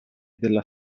della